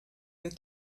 you